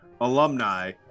alumni